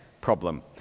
problem